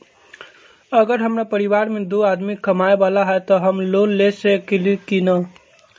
अगर हमरा परिवार में दो आदमी कमाये वाला है त हम लोन ले सकेली की न?